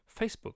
Facebook